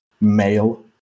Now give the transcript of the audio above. male